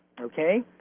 okay